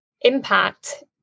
impact